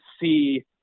see